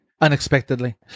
unexpectedly